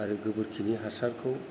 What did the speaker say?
आरो गोबोरखिनि हासारखौ